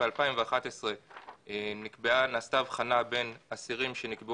ב-2011 נעשתה הבחנה בין אסירים שנגזר